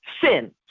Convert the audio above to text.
sin